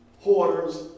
hoarders